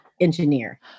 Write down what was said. engineer